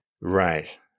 Right